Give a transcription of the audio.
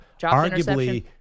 arguably